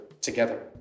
together